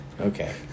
Okay